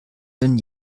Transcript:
den